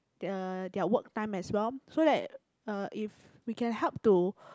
their their work time as well so that uh if we can help to